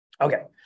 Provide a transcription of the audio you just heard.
Okay